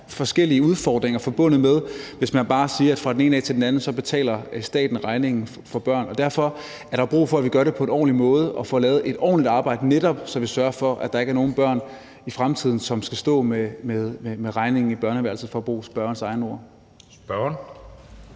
forskellige udfordringer forbundet med det, hvis man bare siger, at staten fra den ene dag til den anden betaler regningen for børnene. Derfor er der jo brug for, at vi gør det på en ordentlig måde, og at vi får lavet et ordentligt arbejde, så vi netop sørger for, at der i fremtiden ikke er nogen børn, som skal stå med regningen i børneværelset, for at bruge spørgerens egne ord. Kl.